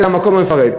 אלא המקום המפריד,